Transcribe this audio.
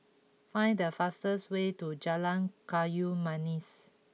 find the fastest way to Jalan Kayu Manis